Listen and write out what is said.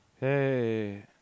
Hey